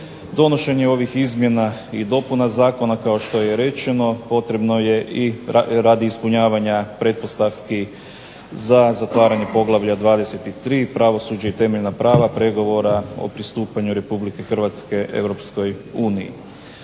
Donošenje ovih izmjena i dopuna zakona kao što je rečeno potrebno je i radi ispunjavanja pretpostavki za zatvaranje poglavlja 23. pravosuđe i temeljna prava pregovora o pristupanju Republike Hrvatske